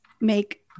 make